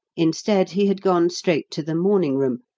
instead, he had gone straight to the morning-room,